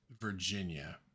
Virginia